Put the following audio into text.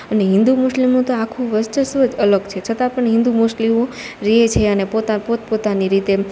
અને હિન્દુ મુસ્લિમો તો આખું વર્ચસ્વ જ અલગ છે છતાં પણ હિન્દુ મુસ્લિમો ન રેય છે અને પોતા પોત પોતાની રીતે